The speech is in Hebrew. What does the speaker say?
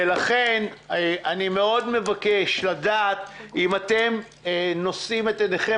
ולכן אני מאוד מבקש לדעת אם אתם נושאים את עיניכם